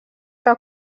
que